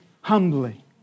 humbly